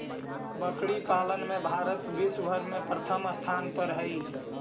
बकरी पालन में भारत विश्व भर में प्रथम स्थान पर हई